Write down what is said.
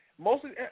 Mostly